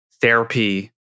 therapy